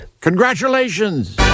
Congratulations